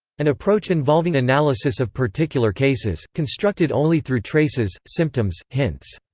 an approach involving analysis of particular cases, constructed only through traces, symptoms, hints.